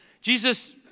Jesus